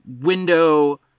window